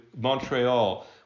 Montreal